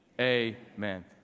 amen